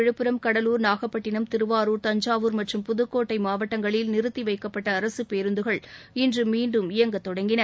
விழுப்புரம் கடலூர் நாகப்பட்டினம் திருவாரூர் தஞ்சாவூர் மற்றும் புதுக்கோட்டை மாவட்டங்களில் நிறுத்திவைக்கப்பட்ட அரசுப் பேருந்துகள் இன்று மீண்டும் இயங்க தொடங்கின